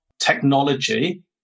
technology